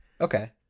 Okay